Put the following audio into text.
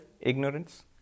ignorance